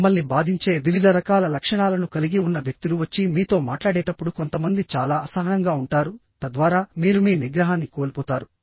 మిమ్మల్ని బాధించే వివిధ రకాల లక్షణాలను కలిగి ఉన్న వ్యక్తులు వచ్చి మీతో మాట్లాడేటప్పుడు కొంతమంది చాలా అసహనంగా ఉంటారు తద్వారా మీరు మీ నిగ్రహాన్ని కోల్పోతారు